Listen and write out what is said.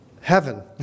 heaven